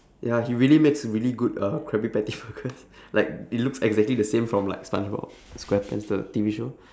ya he really makes really good uh krabby patty burgers like it looks exactly the same from like spongebob-squarepants the T_V show